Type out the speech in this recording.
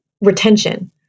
retention